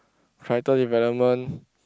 character development